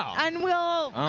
and we'll